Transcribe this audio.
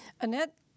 Annette